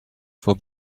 for